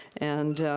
and